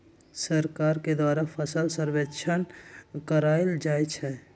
सरकार के द्वारा फसल सर्वेक्षण करायल जाइ छइ